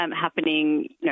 happening